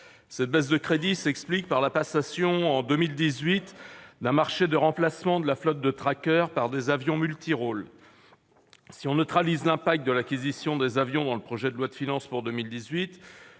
Cette baisse de crédits s'explique par la passation, en 2018, d'un marché de remplacement de la flotte de Tracker par des avions-multirôles. Si l'on neutralise l'impact de l'acquisition des avions dans le projet de loi de finances pour 2018,